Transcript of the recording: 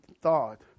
thought